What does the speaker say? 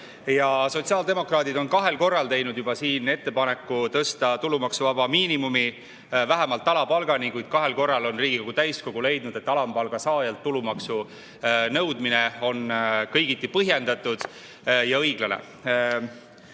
Sotsiaaldemokraadid on juba kahel korral teinud ettepaneku tõsta tulumaksuvaba miinimum vähemalt alampalgani, kuid kahel korral on Riigikogu täiskogu leidnud, et alampalga saajalt tulumaksu nõudmine on kõigiti põhjendatud ja õiglane.